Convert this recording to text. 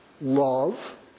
love